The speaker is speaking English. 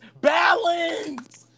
balance